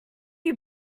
you